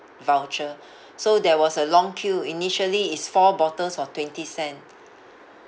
voucher so there was a long queue initially is four bottles for twenty cent